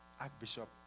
Archbishop